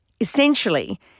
Essentially